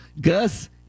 Gus